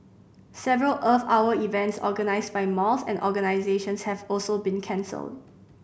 several Earth Hour events organised by malls and organisations have also been cancelled